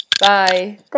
Bye